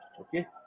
okay